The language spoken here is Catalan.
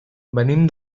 venim